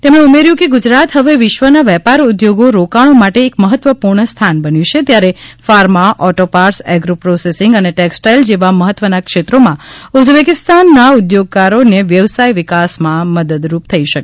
તેમણે ઉમેર્યું કે ગુજરાત હવે વિશ્વના વેપાર ઉદ્યોગો રોકાણો માટે એક મહત્વપૂર્ણ સ્થાન બન્યું છે ત્યારે pharma auto parts agro processing અને ટેક્ષટાઇલ જેવા મહત્વના ક્ષેત્રોમાં ઉઝબેકિસ્તાનના ઉદ્યોગકારોને વ્યવસાય વિકાસમાં મદદરૂપ થઇ શકે